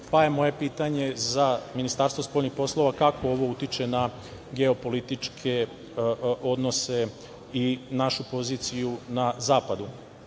pa je moje pitanje za Ministarstvo spoljnih poslova kako ovo utiče na geopolitičke odnose i našu poziciju na zapadu?U